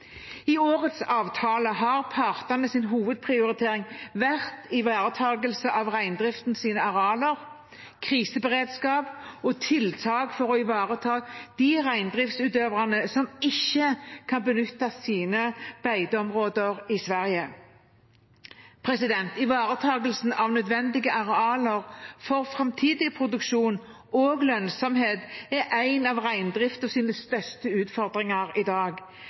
I årets avtale har partenes hovedprioritering vært ivaretakelse av reindriftens arealer, kriseberedskap og tiltak for å ivareta de reindriftsutøverne som ikke kan benytte sine beiteområder i Sverige. Ivaretakelsen av nødvendige arealer for framtidig produksjon og lønnsomhet er en av reindriftens største utfordringer i dag.